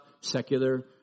secular